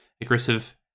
aggressive